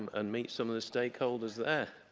and meet some of the stakeholders there.